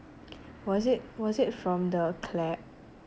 was it was it from the clap